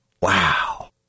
wow